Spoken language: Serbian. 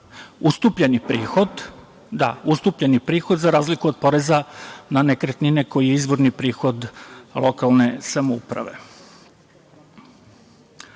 kako ja razumem, ustupljeni prihod, za razliku od poreza na nekretnine koji je izvorni prihod lokalne samouprave. Ono